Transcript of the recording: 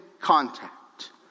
contact